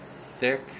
thick